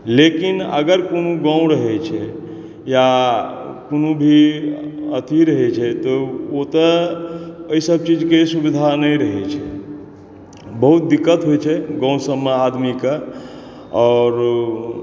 लेकिन अगर कोनो गाँव रहै छै या कोनो भी अथी रहै छै तऽ ओतऽ एहि सब चीजके सुविधा नहि रहै छै बहुत दिक्कत होइ छै गाँव सबमे आदमीके आओर